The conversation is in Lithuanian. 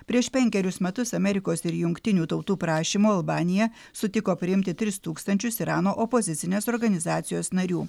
prieš penkerius metus amerikos ir jungtinių tautų prašymu albanija sutiko priimti tris tūkstančius irano opozicinės organizacijos narių